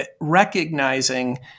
recognizing